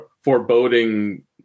foreboding